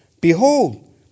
Behold